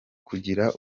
kugira